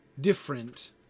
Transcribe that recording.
different